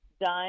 done